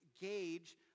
gauge